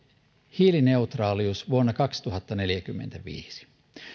hiilineutraalius vuonna kaksituhattaneljäkymmentäviisi